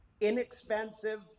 inexpensive